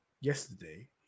yesterday